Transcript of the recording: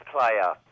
player